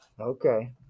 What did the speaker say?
Okay